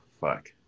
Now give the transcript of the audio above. fuck